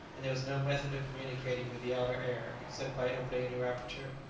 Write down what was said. and there was no method of communicating with the outer air except by opening a new aperture,